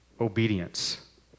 obedience